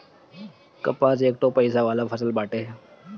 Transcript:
कपास एकठो पइसा वाला फसल बाटे